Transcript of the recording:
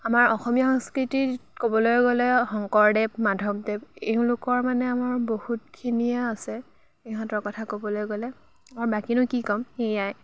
আমাৰ অসমীয়া সংস্কৃতিত ক'বলৈ গ'লে শংকৰদেৱ মাধৱদেৱ এওঁলোকৰ মানে আমাৰ বহুতখিনিয়েই আছে ইহঁতৰ কথা ক'বলৈ গ'লে আৰু বাকীনো কি ক'ম এইয়াই